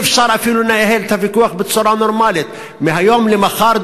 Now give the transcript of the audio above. אי-אפשר אפילו לנהל את הוויכוח בצורה נורמלית: מהיום למחר,